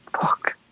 Fuck